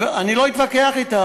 אני לא אתווכח אתך.